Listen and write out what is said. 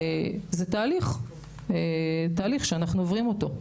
זה תהליך שאנחנו עוברים אותו.